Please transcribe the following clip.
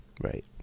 Right